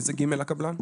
איזה ג' הקבלן?